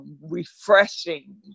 refreshing